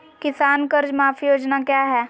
किसान कर्ज माफी योजना क्या है?